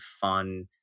fun